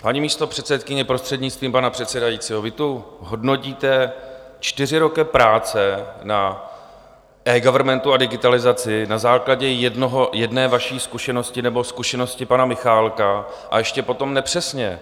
Paní místopředsedkyně, prostřednictvím pana předsedajícího, vy tu hodnotíte čtyři roky práce na eGovernmentu digitalizaci na základě jedné vaší zkušenosti nebo zkušenosti pana Michálka, a ještě potom nepřesně.